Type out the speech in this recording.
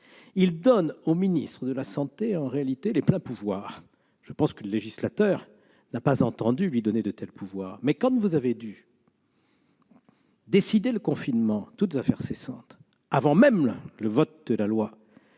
donne au ministre de la santé, en réalité, les pleins pouvoirs. Je pense que le législateur n'a pas entendu lui donner de tels pouvoirs, mais, comme vous avez dû décider le confinement toutes affaires cessantes, avant même le vote de la loi